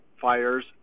fires